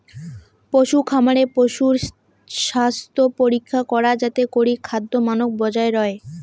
পশুখামারে পশুর স্বাস্থ্যপরীক্ষা করা যাতে করি খাদ্যমানক বজায় রয়